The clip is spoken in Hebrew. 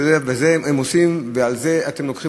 ובזה אתם מיומנים ואת זה אתם עושים ועל זה אתם לוקחים